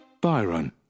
Byron